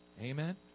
Amen